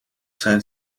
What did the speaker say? zijn